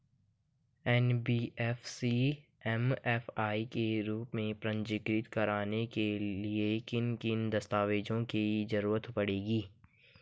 NBFC MFI के रूप में पंजीकृत कराने के लिए किन किन दस्तावेजों की जरूरत पड़ेगी?